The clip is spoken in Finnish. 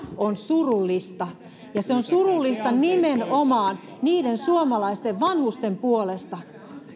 on surullista ja se on surullista nimenomaan niiden suomalaisten vanhusten puolesta